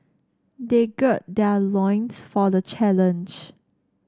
they gird their loins for the challenge